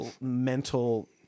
mental